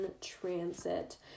transit